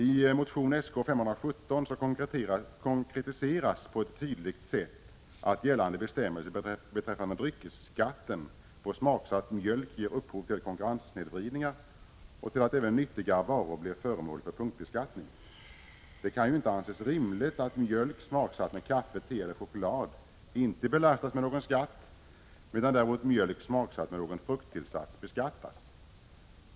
I motion Sk517 konkretiseras på ett tydligt sätt att gällande bestämmelser beträffande dryckesskatten på smaksatt mjölk ger upphov till konkurrenssnedvridningar och till att även nyttiga varor blir föremål för punktbeskattning. Det kan ju inte anses rimligt att mjölk smaksatt med kaffe, te eller choklad inte belastas med någon skatt medan däremot mjölk smaksatt med frukttillsats beskattas.